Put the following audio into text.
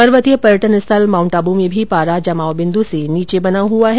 पर्वतीय पर्यटन स्थल माउंट आबू में भी पारा जमाव बिन्द् से नीचे बना हुआ है